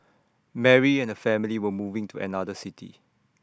Mary and her family were moving to another city